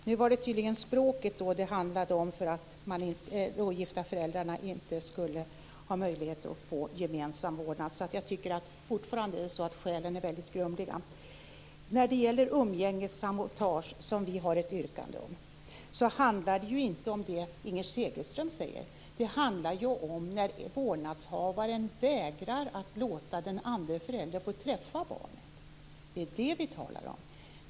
Fru talman! Nu handlade det tydligen om språket som skäl för att de ogifta föräldrarna inte skulle ha möjlighet att få gemensam vårdnad. Jag tycker fortfarande att skälen är mycket grumliga. Umgängessabotage, som vi har ett yrkande om, handlar inte om det Inger Segelström säger. Det handlar om när vårdnadshavaren vägrar att låta den andre föräldern träffa barnet. Det är det vi talar om.